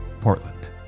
Portland